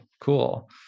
cool